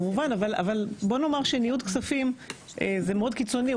כמובן אבל בוא נאמר שניוד כספים זה מאוד קיצוני,